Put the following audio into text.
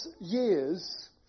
years